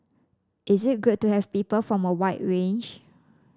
is it good to have people from a wide range